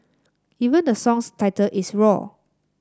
even the song's title is roar